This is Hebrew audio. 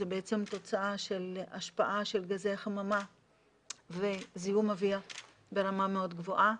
היא השפעה של גזי החממה וזיהום אוויר ברמה מאוד גבוהה.